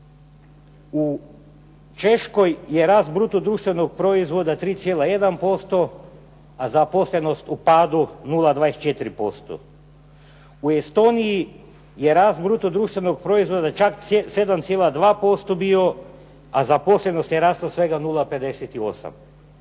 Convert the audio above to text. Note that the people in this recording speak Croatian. U Češkoj je rast bruto društvenog proizvoda 3,1%, a zaposlenost u padu 0,24%. U Estoniji je rast bruto društvenog proizvoda čak 7,2% bio, a zaposlenost je rasla svega 0,58.